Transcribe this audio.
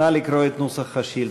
נא לקרוא את נוסח השאילתה.